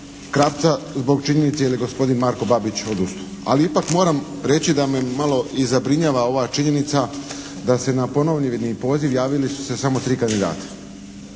Krapca zbog činjenice jer je gospodin Marko Babić odustao, ali ipak moram reći da me malo i zabrinjava ova činjenica da se na ponovni poziv javili su se samo tri kandidata.